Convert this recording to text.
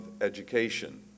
education